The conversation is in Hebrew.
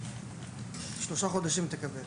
תקבל